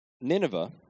Nineveh